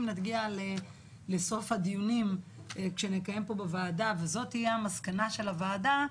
אם נגיע לסוף הדיונים שנקיים פה בוועדה ואם זו תהיה המסקנה של הועדה,